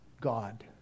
God